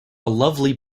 lovely